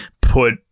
put